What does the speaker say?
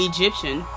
Egyptian